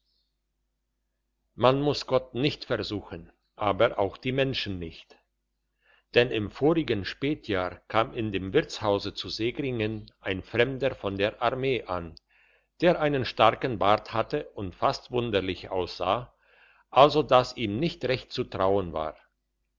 man muss gott nicht versuchen aber auch die menschen nicht denn im vorigen spätjahr kam in dem wirtshause zu segringen ein fremder von der armee an der einen starken bart hatte und fast wunderlich aussah also dass ihm nicht recht zu trauen war